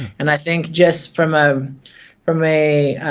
and i think just from ah from a